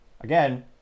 again